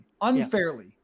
unfairly